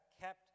kept